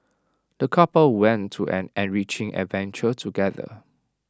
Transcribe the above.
the couple went to an enriching adventure together